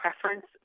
preference